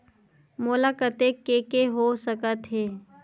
मोला कतेक के के हो सकत हे?